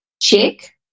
Check